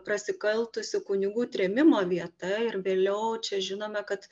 prasikaltusių kunigų trėmimo vieta ir vėliau čia žinome kad